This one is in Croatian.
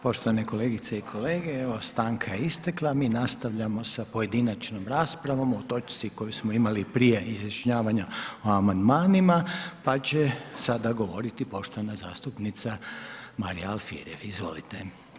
Poštovane kolegice i kolege, evo stanka je istekla, mi nastavljamo sa pojedinačnom raspravom o točci koju smo imali prije izjašnjavanja o amandmanima, pa će sada govoriti poštovana zastupnica Marija Alfirev, izvolite.